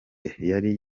yari